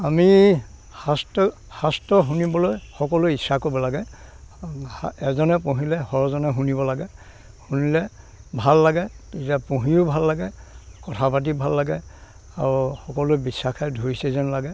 আমি শাস্ত্ৰ শাস্ত্ৰ শুনিবলৈ সকলোৱে ইচ্ছা কৰিব লাগে এজনে পঢ়িলে শজনে শুনিব লাগে শুনিলে ভাল লাগে যে পঢ়িও ভাল লাগে কথা পাতি ভাল লাগে আৰু সকলোৱে বিশ্বাসেৰে ধৰিছে যেন লাগে